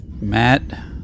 Matt